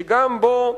שאני חושב שגם בו,